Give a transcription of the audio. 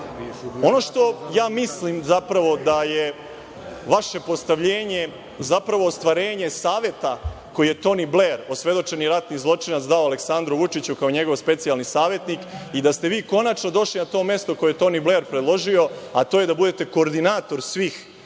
Ono što mislim, zapravo, da je vaše postavljenje, zapravo, ostvarenje saveta koji je Toni Bler, osvedočeni ratni zločinac, dao Aleksandru Vučiću, kao njegov specijalni savetnik i da ste vi, konačno, došli na to mesto koje je Toni Bler predložio, a to je da budete koordinator svih